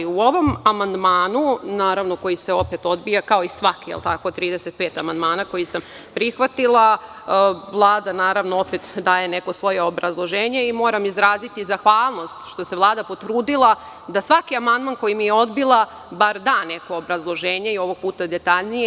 U ovom amandmanu, koji se opet odbija kao i svaki, 35 amandmana sam podnela, Vlada opet daje neko svoje obrazloženje i moram izraziti zahvalnost što se Vlada potrudila da na svaki amandman koji mi je odbila bar da neko obrazloženje i ovog puta detaljnije.